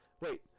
Wait